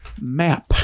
Map